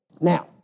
Now